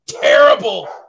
terrible